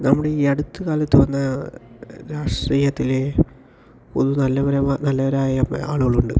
നമ്മുടെ ഈ അടുത്ത കാലത്ത് വന്ന രാഷ്ട്രീയത്തിലെ പൊതു നല്ലവരായ ആളുകളുണ്ട്